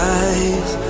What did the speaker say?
eyes